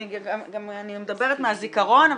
אני גם מדברת מהזיכרון,